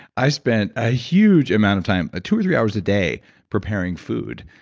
i spent a huge amount of time, ah two or three hours a day preparing food,